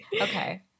okay